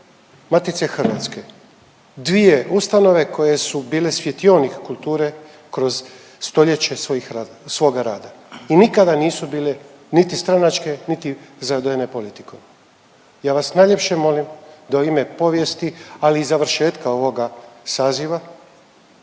Matice hrvatske, dvije ustanove koje su bile svjetionik kulture kroz stoljeće svoga rada i nikada nisu bile niti stranačke niti zavedene politikom. Ja vas najljepše molim da u ime povijesti, ali i završetka ovoga saziva